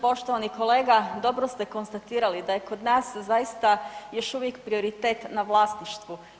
Poštovani kolega dobro ste konstatirali da je kod nas zaista još uvijek prioritet na vlasništvu.